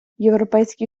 європейський